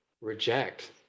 reject